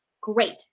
great